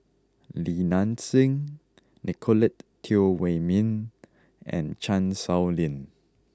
Li Nanxing Nicolette Teo Wei min and Chan Sow Lin